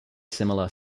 similar